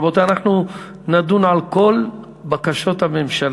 רבותי, אנחנו נדון על כל בקשות הממשלה,